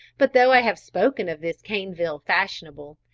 but though i have spoken of this caneville fashionable,